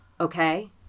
Okay